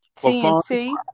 TNT